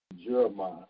Jeremiah